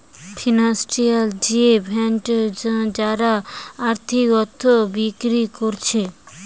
financial data vendor যারা আর্থিক তথ্য বিক্রি কোরছে